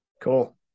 Cool